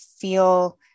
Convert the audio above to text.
feel